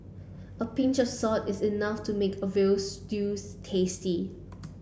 a pinch of salt is enough to make a veal stew tasty